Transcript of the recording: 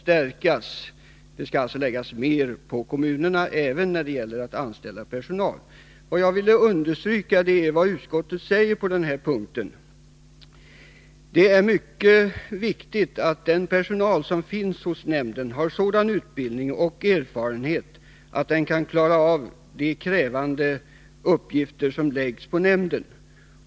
Större ansvar skall alltså läggas på kommunerna även när det gäller att anställa personal. Jag vill understryka det som utskottet säger på den här punkten, nämligen ”det är mycket viktigt att den personal som finns hos nämnden har sådan utbildning och erfarenhet att den kan klara av de krävande uppgifter som läggs på nämnden”.